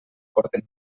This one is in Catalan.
porten